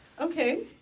okay